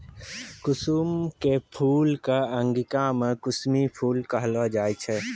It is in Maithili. कुसुम के फूल कॅ अंगिका मॅ कुसमी फूल कहलो जाय छै